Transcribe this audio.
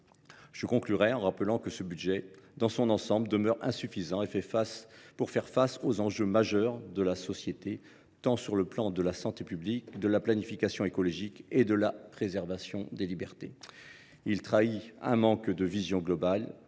Je conclurai en rappelant que ce budget, dans son ensemble, demeure insuffisant pour faire face aux enjeux majeurs de la société, tant sur le plan de la santé publique, de la planification écologique que de la préservation des libertés. Il trahit un manque de vision globale